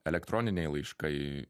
elektroniniai laiškai